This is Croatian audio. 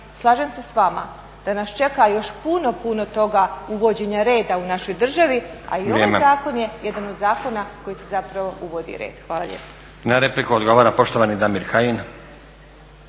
slažem se s vama da nas čeka još puno, puno toga uvođenja reda u našoj državi, a i ovaj zakon je jedan od zakona koji zapravo uvodi red. Hvala lijepo. **Stazić, Nenad (SDP)** Na repliku odgovara poštovani Damir Kajin.